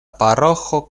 paroĥo